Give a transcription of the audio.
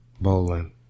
Bowling